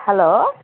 hello